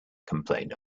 complain